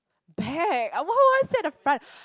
back why why why sit at the front